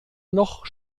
noch